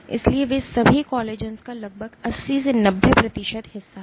इसलिए वे सभी कोलाजन्स का लगभग 80 90 प्रतिशत हिस्सा हैं